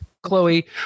Chloe